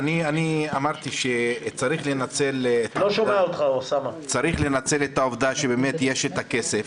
צריך לנצל את העובדה שבאמת יש את הכסף.